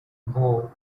vow